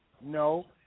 no